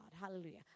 hallelujah